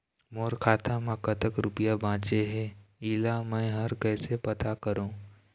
मोर खाता म कतक रुपया बांचे हे, इला मैं हर कैसे पता करों?